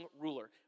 ruler